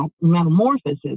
metamorphosis